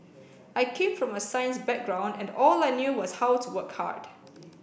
I came from a science background and all I knew was how to work hard